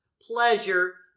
pleasure